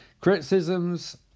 Criticisms